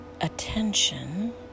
attention